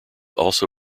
also